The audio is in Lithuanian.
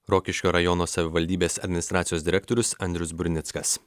rokiškio rajono savivaldybės administracijos direktorius andrius burnickas